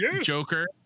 Joker